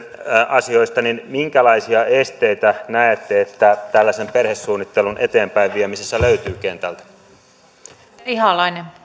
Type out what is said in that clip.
asioista niin minkälaisia esteitä näette että tällaisen perhesuunnittelun eteenpäinviemisessä löytyy kentältä